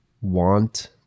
want